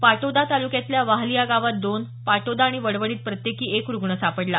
पाटोदा तालुक्यातल्या वाहली या गावात दोन पाटोदा आणि वडवणीत प्रत्येकी एक रुग्ण सापडला